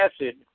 acid